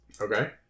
Okay